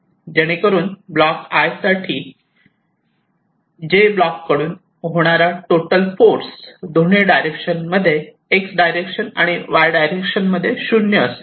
जेणेकरून block i' साठी 'j' block कडून होणारा टोटल फोर्स दोन्ही डायरेक्शन मध्ये x डायरेक्शन आणि y डायरेक्शन मध्ये 0 असेल